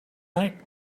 night